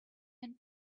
and